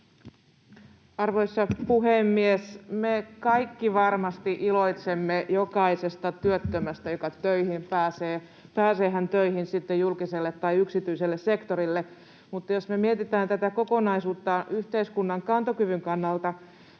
Arvoisa puhemies! Me kaikki varmasti iloitsemme jokaisesta työttömästä, joka töihin pääsee — pääsee hän töihin sitten julkiselle tai yksityiselle sektorille. Mutta jos mietitään tätä kokonaisuutta yhteiskunnan kantokyvyn kannalta,